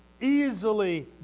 easily